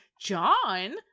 John